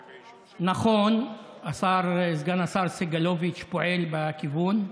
נכון, סגן השר סגלוביץ' פועל בכיוון,